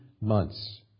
months